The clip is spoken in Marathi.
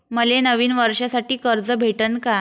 मले नवीन वर्षासाठी कर्ज भेटन का?